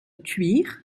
thuir